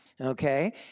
okay